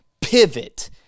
Pivot